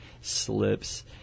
slips